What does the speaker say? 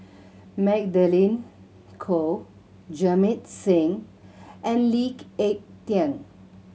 Magdalene Khoo Jamit Singh and Lee Ek Tieng